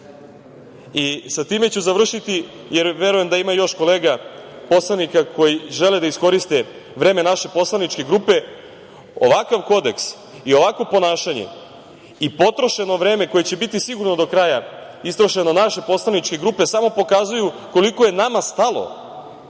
izbore. Time ću završiti, jer verujem da ima još kolega poslanika koji žele da iskoriste vreme naše PG, ovakav Kodeks i ovakvo ponašanje i potrošeno vreme koje će biti sigurno do kraja istrošeno naše poslaničke grupe, samo pokazuje koliko je nama stalo